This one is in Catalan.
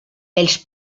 pels